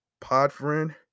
Podfriend